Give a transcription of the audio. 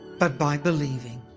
but by believing.